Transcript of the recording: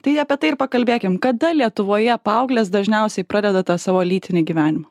tai apie tai ir pakalbėkim kada lietuvoje paauglės dažniausiai pradeda tą savo lytinį gyvenimą